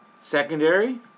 secondary